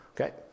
Okay